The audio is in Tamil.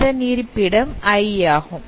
அதன் இருப்பிடம் i ஆகும்